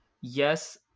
yes